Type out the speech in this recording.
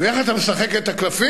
ואיך אתה משחק את הקלפים?